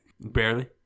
Barely